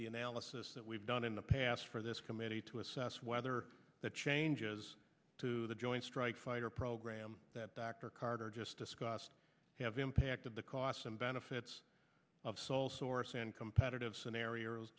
the analysis that we've done in the past for this committee to assess whether that changes to the joint strike fighter program that dr carter just discussed have impacted the costs and benefits of sole source and competitive scenarios